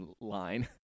line